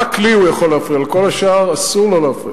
רק לי הוא יכול להפריע, לכל השאר אסור לו להפריע.